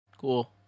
cool